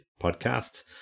podcast